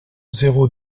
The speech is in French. zéro